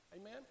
Amen